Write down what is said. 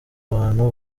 bantu